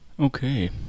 Okay